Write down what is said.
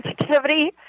sensitivity